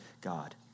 God